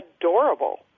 adorable